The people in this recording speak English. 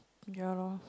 ya loh